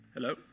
Hello